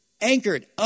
Anchored